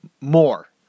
more